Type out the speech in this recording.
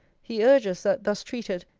he urges, that, thus treated,